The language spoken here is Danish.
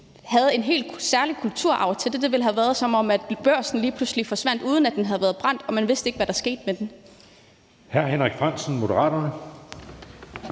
havde en helt særlig kulturarv; det ville have været, som om Børsen lige pludselig forsvandt, uden at den havde været brændt, og man ikke vidste, hvad der skete med den. Kl. 22:40 Anden næstformand